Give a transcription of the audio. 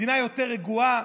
מדינה יותר רגועה?